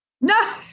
No